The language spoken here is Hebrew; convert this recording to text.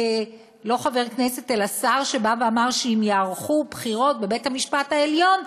לא חבר כנסת אלא שר שאמר שאם ייערכו בחירות בבית-המשפט העליון,